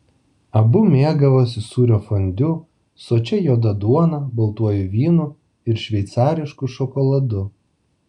abu mėgavosi sūrio fondiu sočia juoda duona baltuoju vynu ir šveicarišku šokoladu